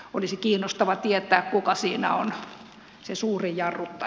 olisi kiinnostavaa tietää kuka siinä on se suurin jarru ja